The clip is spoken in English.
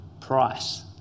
price